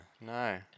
no